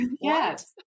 Yes